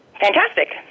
Fantastic